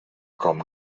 com